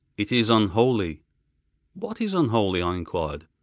it is unholy what is unholy i enquired.